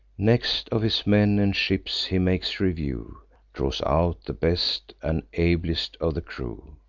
next, of his men and ships he makes review draws out the best and ablest of the crew.